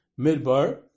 midbar